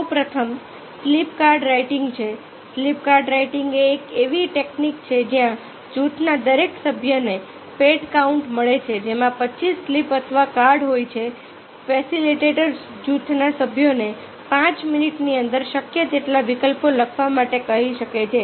સૌપ્રથમ slip card writing છે slip card writing એ એક એવી ટેકનિક છે જ્યાં જૂથના દરેક સભ્યને પેડ કાઉન્ટ મળે છે જેમાં 25 સ્લિપ અથવા કાર્ડ હોય છે ફેસિલિટેટર જૂથના સભ્યોને 5 મિનિટની અંદર શક્ય તેટલા વિકલ્પો લખવા માટે કહી શકે છે